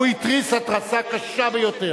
הוא התריס התרסה קשה ביותר.